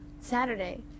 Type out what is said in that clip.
Saturday